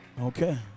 Okay